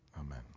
amen